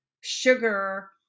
sugar